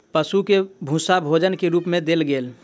पशु के भूस्सा भोजन के रूप मे देल गेल